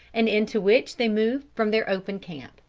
and into which they moved from their open camp.